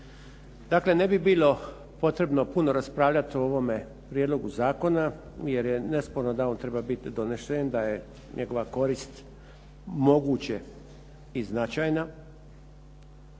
Dakle, ne bi bilo potrebno puno raspravljat o ovome prijedlogu zakona jer je nesporno da on treba bit donesen, da je njegova korist moguće i značajna.